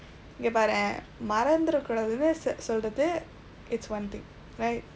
இங்க பாரேன் மறந்திற கூடாதுனு சொல்றது:ingka paareen marandthira kuudaathunu solrathu it's one thing right